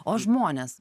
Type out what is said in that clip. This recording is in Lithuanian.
o žmonės